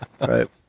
right